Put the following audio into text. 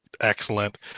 excellent